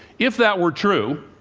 if that were true,